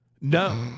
No